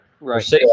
Right